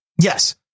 Yes